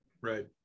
right